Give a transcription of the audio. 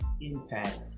impact